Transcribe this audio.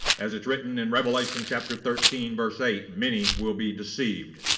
as it's written in revelation chapter thirteen verse eight, many will be deceived.